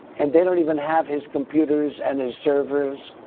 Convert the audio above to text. and they don't even have his computers and his servers.